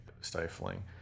stifling